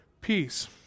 peace